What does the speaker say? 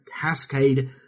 cascade